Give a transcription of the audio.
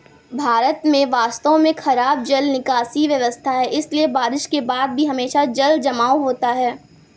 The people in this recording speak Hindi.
भारत में वास्तव में खराब जल निकासी व्यवस्था है, इसलिए बारिश के बाद हमेशा जलजमाव होता है